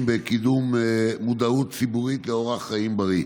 בקידום מודעות ציבורית לאורח חיים בריא.